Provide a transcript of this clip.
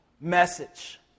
message